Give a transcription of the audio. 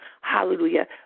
hallelujah